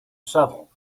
saddle